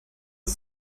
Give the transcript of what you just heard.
ist